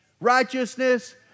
righteousness